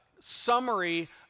summary